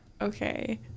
Okay